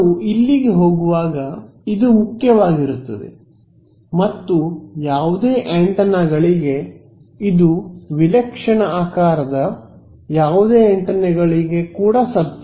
ನಾವು ಇಲ್ಲಿಗೆ ಹೋಗುವಾಗ ಇದು ಮುಖ್ಯವಾಗಿರುತ್ತದೆ ಮತ್ತು ಯಾವುದೇ ಆಂಟೆನಾಗಳಿಗೆ ಇದು ವಿಲಕ್ಷಣ ಆಕಾರದ ಯಾವುದೇ ಆಂಟೆನಾಗಳಿಗೆ ಕೂಡ ಸತ್ಯ